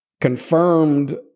confirmed